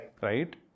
right